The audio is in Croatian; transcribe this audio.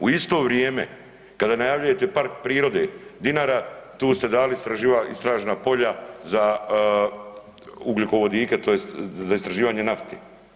U isto vrijeme kada najavljujete Park prirode Dinara, tu ste dali istražna polja za ugljikovodike tj. za istraživanje nafte.